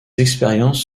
expériences